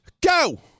go